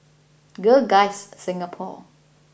Girl Guides Singapore